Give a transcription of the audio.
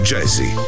Jazzy